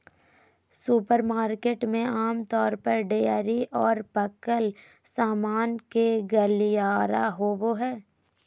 supermarket में आमतौर पर डेयरी और पकल सामान के गलियारा होबो हइ